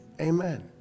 Amen